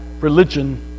religion